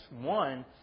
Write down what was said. One